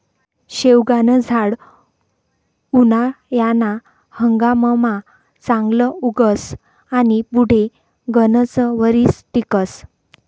शेवगानं झाड उनायाना हंगाममा चांगलं उगस आनी पुढे गनच वरीस टिकस